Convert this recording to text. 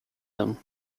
them